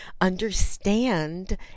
understand